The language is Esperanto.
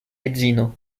edzino